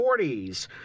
40s